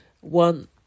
one